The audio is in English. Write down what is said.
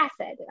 acid